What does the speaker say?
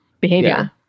behavior